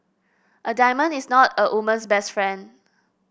a diamond is not a woman's best friend